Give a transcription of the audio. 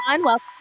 Welcome